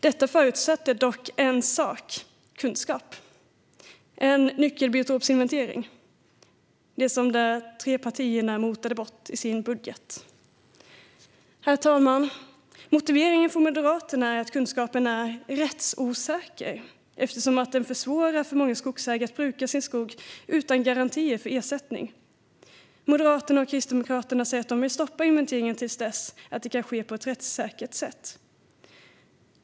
Detta förutsätter dock en sak: kunskap och en nyckelbiotopsinventering som de tre partierna motade bort i sin budget. Herr talman! Motiveringen från Moderaterna är att kunskapen är "rättsosäker" eftersom den försvårar för många skogsägare att bruka sin skog utan garantier för ersättning. Moderaterna och Kristdemokraterna säger att de vill stoppa inventeringen till dess att den kan ske på ett rättssäkert sätt.